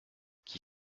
qui